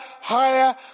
higher